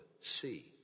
see